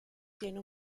tiene